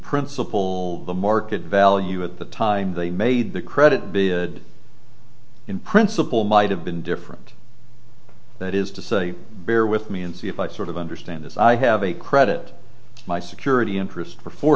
principle the market value at the time they made the credit be a good in principle might have been different that is to say bear with me and see if i sort of understand this i have a credit my security interest for four